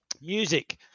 music